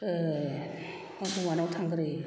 हौवानाव थांग्रोयो